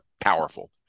powerful